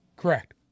Correct